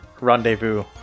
rendezvous